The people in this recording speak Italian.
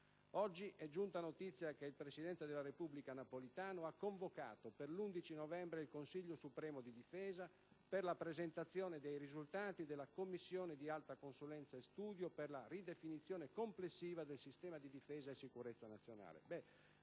Oggi è giunta notizia che il presidente della Repubblica Napolitano ha convocato per l'11 novembre il Consiglio supremo di difesa, per la presentazione dei risultati della Commissione di alta consulenza e studio per la ridefinizione complessiva del sistema di difesa e sicurezza nazionale.